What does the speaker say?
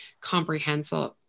comprehensive